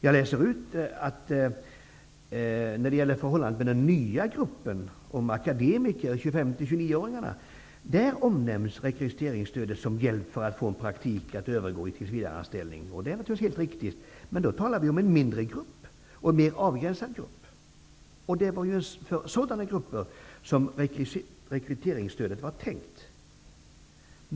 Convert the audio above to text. Jag läser ut att när det gäller den nya gruppen, akademiker, 25-- 29-åringarna, omnämns rekryteringsstödet som hjälp för att få praktik att övergå i tillsvidareanställning. Det är naturligtvis helt riktigt. Men då talar vi om en mindre och mer avgränsad grupp. Det var just för sådana grupper som rekryteringsstödet var tänkt.